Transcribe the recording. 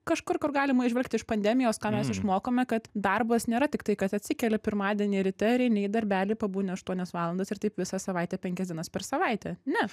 kažkur kur galima įžvelgti iš pandemijos ką mes išmokome kad darbas nėra tik tai kad atsikeli pirmadienį ryte ir eini į darbelį pabūni aštuonias valandas ir taip visą savaitę penkias dienas per savaitę ne